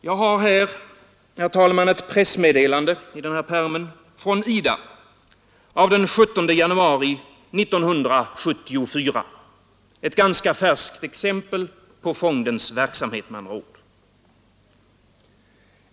Jag har här, herr talman, i denna pärm ett pressmeddelande från IDA av den 17 januari 1974. Det är med andra ord ett ganska färskt exempel på fondens verksamhet.